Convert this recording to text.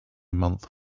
month